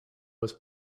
was